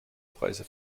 preise